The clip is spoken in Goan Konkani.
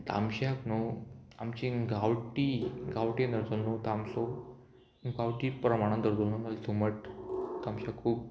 तामश्याक न्हू आमची गांवटी गांवटी धरतलो न्हू तामसो गांवटी प्रमाणान धरतलो न्हू जाल्यार सुंगट तामश्याक खूब